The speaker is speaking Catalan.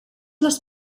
les